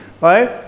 right